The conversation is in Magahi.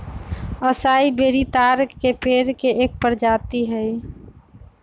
असाई बेरी ताड़ के पेड़ के एक प्रजाति हई